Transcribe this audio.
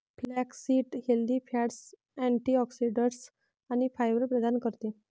flaxseed healthy fats, antioxidants आणि fibre प्रदान करते